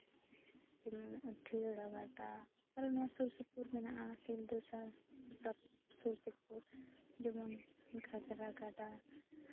ᱡᱮᱢᱚᱱ ᱟᱴᱷᱭᱟᱹᱲᱟ ᱜᱟᱰᱟ ᱟᱨᱚ ᱱᱚᱣᱟ ᱥᱩᱨ ᱥᱩᱯᱩᱨ ᱢᱮᱱᱟᱜᱼᱟ ᱥᱚᱞᱫᱟᱹ ᱥᱩᱨ ᱥᱩᱯᱩᱨ ᱡᱮᱢᱚᱱ ᱜᱷᱟᱸᱜᱽᱨᱟ ᱜᱟᱰᱟ